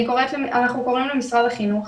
אנחנו קוראים למשרד החינוך